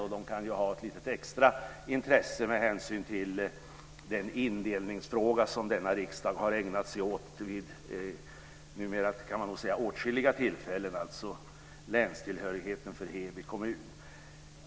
Och de kan ju ha ett lite extra intresse med hänsyn till den indelningsfråga som denna riksdag har ägnat sig åt vid åtskilliga tillfällen, alltså länstillhörigheten för Heby kommun.